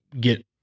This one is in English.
get